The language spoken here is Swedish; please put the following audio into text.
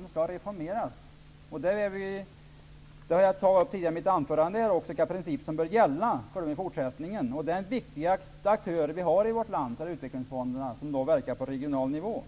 De skall reformeras. Jag tog i mitt anförande upp vilka principer som bör gälla för dem i fortsättningen. Utvecklingsfonderna är de viktigaste aktörerna som vi har i vårt land som verkar på regional nivå.